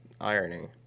irony